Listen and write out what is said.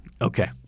Okay